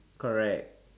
correct